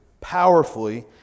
powerfully